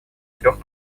трех